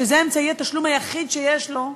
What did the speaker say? שזה אמצעי התשלום היחיד שיש לו,